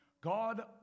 God